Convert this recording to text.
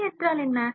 இழை என்றால் என்ன